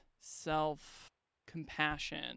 self-compassion